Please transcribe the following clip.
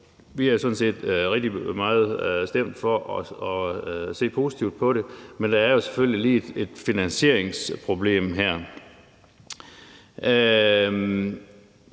set rigtig meget stemt for at se positivt på det, men der er jo selvfølgelig lige et finansieringsproblem her.